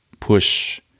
Push